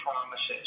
promises